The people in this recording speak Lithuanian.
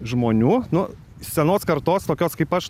žmonių nu senos kartos tokios kaip aš